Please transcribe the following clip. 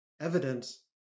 evidence